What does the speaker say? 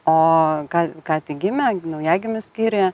o ką ką tik gimę naujagimių skyriuje